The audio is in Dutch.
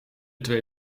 twee